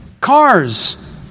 cars